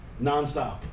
Nonstop